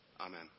Amen